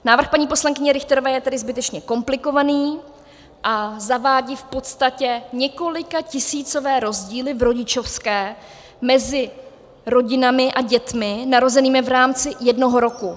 Návrh paní poslankyně Richterová je tedy zbytečně komplikovaný a zavádí v podstatě několikatisícové rozdíly v rodičovské mezi rodinami a dětmi narozenými v rámci jednoho roku.